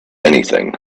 anything